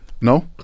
No